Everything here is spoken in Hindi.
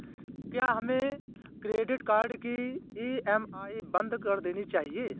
क्या हमें क्रेडिट कार्ड की ई.एम.आई बंद कर देनी चाहिए?